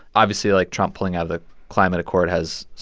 obviously, like, trump pulling out of the climate accord has,